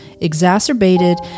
exacerbated